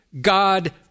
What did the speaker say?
God